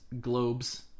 Globes